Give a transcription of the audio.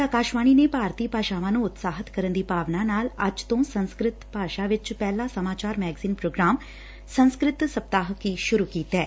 ਆਕਾਸ਼ਵਾਣੀ ਨੇ ਭਾਰਤੀ ਭਾਸ਼ਾਵਾਂ ਨੂੰ ਉਤਸ਼ਾਹਿਤ ਕਰਨ ਦੀ ਭਾਵਨਾ ਨਾਲ ਅੱਜ ਤੋਂ ਸੰਸਕ੍ਰਿਤ ਭਾਸ਼ਾ ਚ ਪਹਿਲਾ ਸਮਾਚਾਰ ਮੈਗਜ਼ਿਨ ਪ੍ਰੋਗਰਾਮ ਸੰਸਕ੍ਤਿ ਸਪਤਾਹਿਕੀ ਸੂਰੂ ਕੀਤੈ